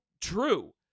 true